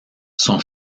son